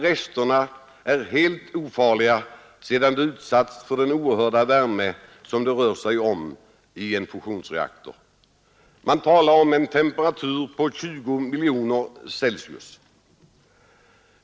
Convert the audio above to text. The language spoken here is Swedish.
Resterna är helt ofarliga sedan de utsatts för den oerhörda värme som det rör sig om i en fusionsreaktor. Man talar om en temperatur på 20 000 000” C.